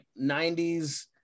90s